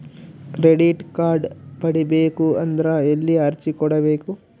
Credit card ಪಡಿಬೇಕು ಅಂದ್ರ ಎಲ್ಲಿ ಅರ್ಜಿ ಕೊಡಬೇಕು?